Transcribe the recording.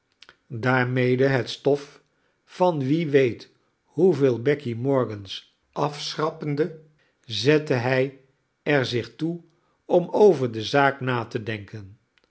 daarmede het stof van wie weet hoeveel becky morgans afschrappende zette hij er zich toe om over de zaak na te denken